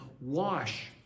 wash